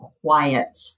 quiet